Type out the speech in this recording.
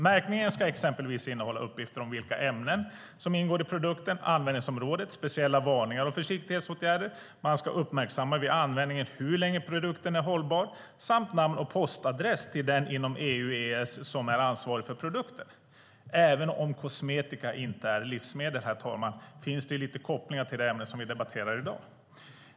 Märkningen ska exempelvis innehålla uppgifter om vilka ämnen som ingår i produkten, användningsområdet och speciella varningar och försiktighetsåtgärder man ska uppmärksamma vid användningen, hur länge produkten är hållbar samt namn och postadress till den inom EU och EES som är ansvarig för produkten. Herr talman! Även om kosmetika inte är livsmedel finns det lite kopplingar till det ämne vi debatterar i dag.